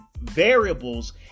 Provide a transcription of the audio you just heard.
variables